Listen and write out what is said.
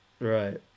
Right